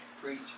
preach